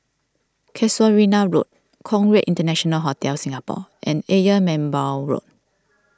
Casuarina Road Conrad International Hotel Singapore and Ayer Merbau Road